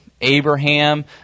Abraham